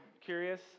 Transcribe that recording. curious